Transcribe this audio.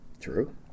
True